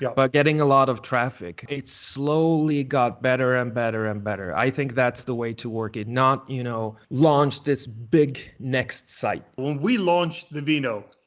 but getting a lot of traffic, it slowly got better and better and better. i think that's the way to work it. not, you know, launch this big, next site. when we launched vivino,